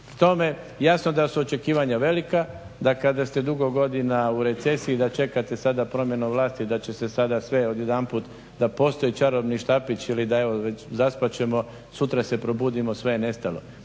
K tome jasno da su očekivanja velika, da kada ste dugo godina u recesiji da čekate sada promjenu vlasti i da će se sada sve odjedanput da postoji čarobni štapić ili da evo već zaspat ćemo sutra se probudimo sve je nestalo.